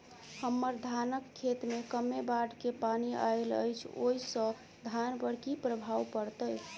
हम्मर धानक खेत मे कमे बाढ़ केँ पानि आइल अछि, ओय सँ धान पर की प्रभाव पड़तै?